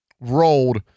rolled